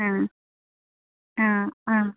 ആ ആ ആ